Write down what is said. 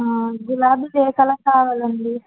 గులాబీలు ఏ కలర్ కావాలండీ